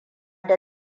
da